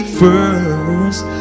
first